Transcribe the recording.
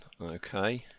okay